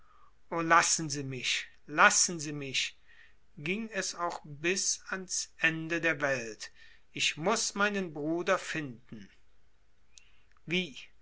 o lassen sie mich lassen sie mich ging es auch bis ans ende der welt ich muß meinen bruder finden wie